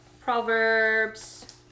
Proverbs